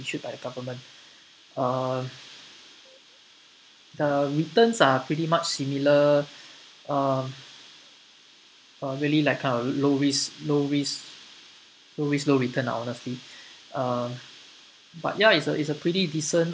issued by the government uh the returns are pretty much similar um uh really like a low risk low risk low risk low return ah honestly um but ya it's a it's a pretty decent